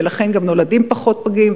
ולכן גם נולדים פחות פגים,